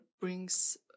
brings